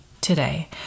today